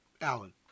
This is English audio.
Alan